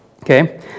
okay